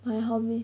my hobby